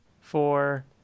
four